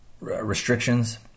restrictions